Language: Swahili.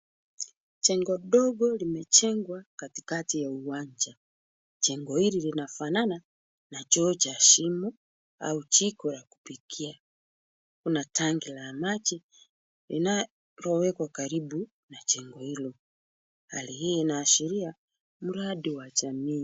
Jengo dogo limejengwa katikati ya uwanja. Jengo hili linafanana na choo cha shimo au jiko la kupikia. Kuna tanki la maji linalowekwa karibu na jengo hilo. Hali hii inaashiria mradi wa jamii.